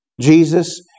Jesus